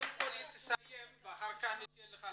היא תסיים ואחר כך תגיב.